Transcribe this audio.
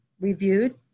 reviewed